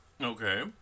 okay